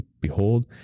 Behold